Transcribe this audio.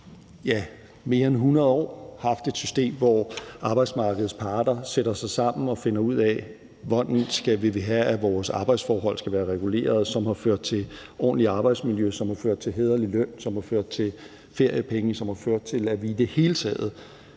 mere end 100 år har haft et system, hvor arbejdsmarkedets parter sætter sig sammen og finder ud af, hvordan vores arbejdsforhold skal være reguleret. Det har ført til et ordentligt arbejdsmiljø, en hæderlig løn og feriepenge – det har i det hele taget